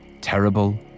terrible